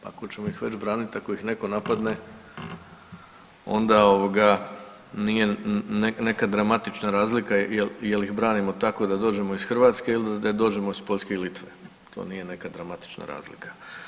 Ako ćemo ih već braniti ako ih neko napadne onda nije neka dramatična razlika jel ih branimo tako da dođemo iz Hrvatske ili da dođemo iz Poljske i Litve, to nije neka dramatična razlika.